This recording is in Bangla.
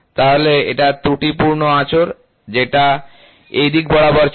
তাহলে এখানে এটা ত্রুটিপূর্ণ আঁচড় যেটা এই দিক বরাবর চলে